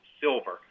silver